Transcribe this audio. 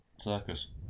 circus